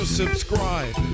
subscribe